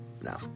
No